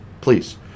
please